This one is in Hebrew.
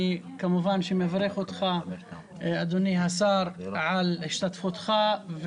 אני כמובן שמברך אותך, אדוני השר, על השתתפותך.